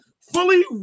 fully